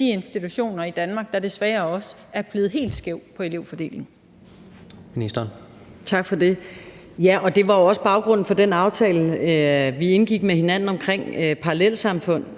de institutioner i Danmark, der desværre er blevet helt skæve i forhold til elevfordelingen.